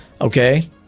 Okay